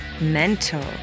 Mental